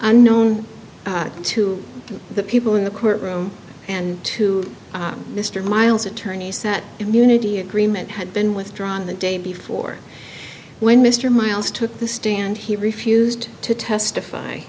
unknown to the people in the court room and to mr miles attorneys that immunity agreement had been withdrawn the day before when mr miles took the stand he refused to testify